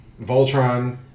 Voltron